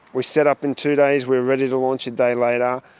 we set up in two days, we were ready to launch a day later.